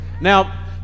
now